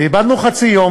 וכך איבדנו חצי יום,